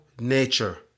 nature